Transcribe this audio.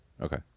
okay